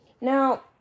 Now